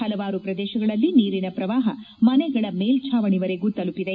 ಹಲವಾರು ಪ್ರದೇಶಗಳಲ್ಲಿ ನೀರಿನ ಪ್ರವಾಹ ಮನೆಗಳ ಮೇಲ್ಗಾವಣಿವರೆಗೂ ತಲುಪಿದೆ